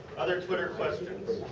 other twitter questions?